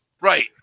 Right